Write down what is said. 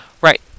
Right